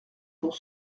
pour